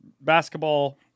basketball